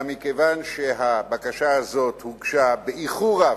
אולם מכיוון שהבקשה הזאת הוגשה באיחור רב,